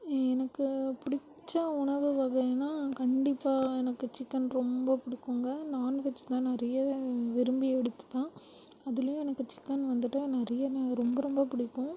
எனக்கு பிடிச்ச உணவு வகைனா கண்டிப்பாக எனக்கு சிக்கன் ரொம்ப பிடிக்குங்க நான்வெஜ்னாதான் நிறைய விரும்பி எடுத்துப்பேன் அதுலையும் எனக்கு சிக்கன் வந்துட்டு நிறைய ரொம்ப ரொம்ப பிடிக்கும்